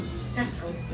settle